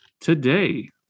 Today